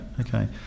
okay